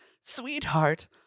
Sweetheart